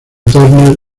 turner